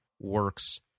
works